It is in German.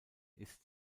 ist